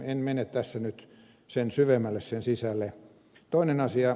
en mene tässä nyt sen syvemmälle sen sisälle